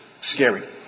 scary